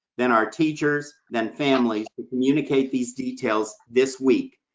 then our teachers, then families, to communicate these details this week.